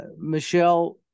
michelle